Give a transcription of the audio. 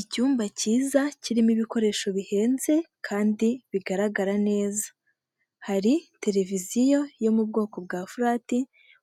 Icyumba cyiza kirimo ibikoresho bihenze kandi bigaragara neza, hari televiziyo yo mu bwoko bwa furati